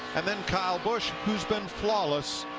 and then kyle busch, who has been follows,